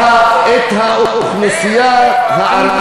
לאוכלוסייה הערבית יש נידוי,